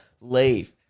Leave